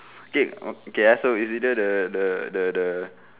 okay okay ah so it's either the the the the